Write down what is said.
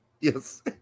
Yes